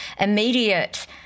immediate